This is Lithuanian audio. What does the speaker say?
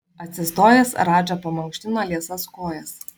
atsistojęs radža pamankštino liesas kojas